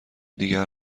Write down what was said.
دیگر